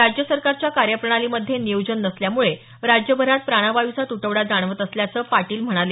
राज्य सरकारच्या कार्यप्रणालीमध्ये नियोजन नसल्यामुळे राज्यभरात प्राणवायूचा तुटवडा जाणवत असल्याचं पाटील म्हणाले